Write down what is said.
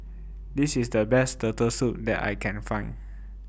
This IS The Best Turtle Soup that I Can Find